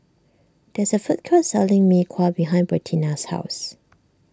there is a food court selling Mee Kuah behind Bertina's house